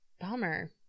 Bummer